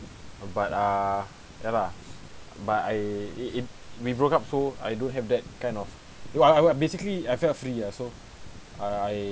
but uh ya lah but I it it we broke up so I don't have that kind of basically I felt free ah so I I